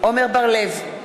עמר בר-לב,